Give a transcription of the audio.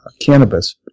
cannabis